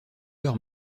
leurs